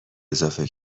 اضافه